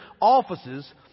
offices